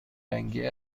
رنگی